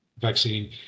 vaccine